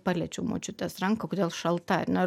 paliečiau močiutės ranką kodėl šalta ar ne